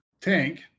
tank